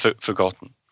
forgotten